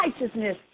righteousness